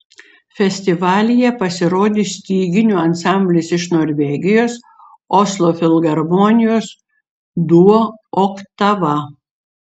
festivalyje pasirodys styginių ansamblis iš norvegijos oslo filharmonijos duo oktava